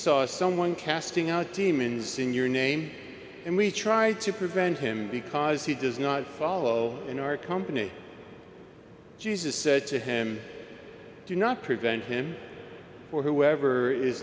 saw someone casting out demons in your name and we try to prevent him because he does not follow in our company jesus said to him do not prevent him or whoever is